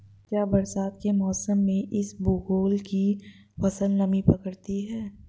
क्या बरसात के मौसम में इसबगोल की फसल नमी पकड़ती है?